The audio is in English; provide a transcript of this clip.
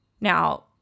Now